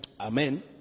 Amen